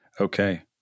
Okay